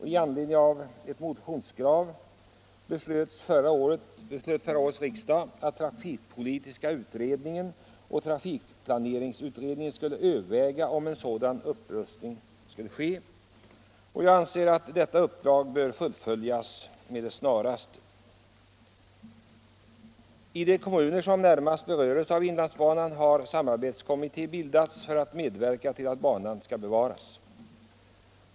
Med anledning av ett motionskrav beslöt förra årets riksdag att transportpolitiska utredningen och transportplaneringsutredningen skulle överväga om en sådan upprustning skulle ske. Jag anser att detta uppdrag bör fullföljas med det snaraste. I de kommuner som närmast berörs av inlandsbanan har en samarbetskommitté bildats för att medverka till att banan bevaras.